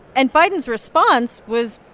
and biden's response was,